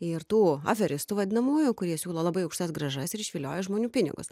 ir tų aferistų vadinamųjų kurie siūlo labai aukštas grąžas ir išvilioja žmonių pinigus